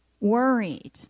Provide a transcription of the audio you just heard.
worried